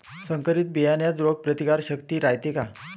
संकरित बियान्यात रोग प्रतिकारशक्ती रायते का?